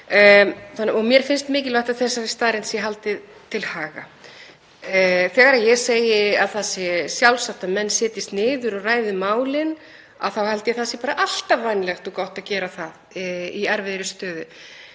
og mér finnst mikilvægt að þeirri staðreynd sé haldið til haga. Þegar ég segi að það sé sjálfsagt að menn setjist niður og ræði málin þá held ég að það sé alltaf vænlegt og gott að gera það í erfiðri stöðu.